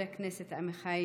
מס' 1721,